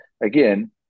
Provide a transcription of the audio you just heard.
again